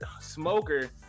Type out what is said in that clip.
Smoker